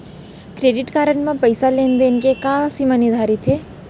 Credit card म पइसा लेन देन के का सीमा निर्धारित हे?